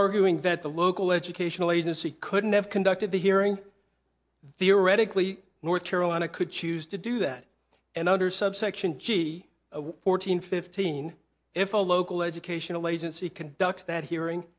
arguing that the local educational agency couldn't have conducted the hearing the irregularly north carolina could choose to do that and under subsection g fourteen fifteen if a local educational agency conducts that hearing